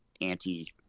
anti